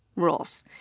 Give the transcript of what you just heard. rules.